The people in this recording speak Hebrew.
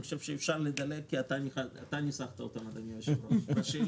אפשר לדלג כי היושב-ראש ניסח אותן בשאלות